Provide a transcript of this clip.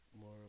more